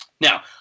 Now